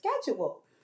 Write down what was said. schedule